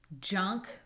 junk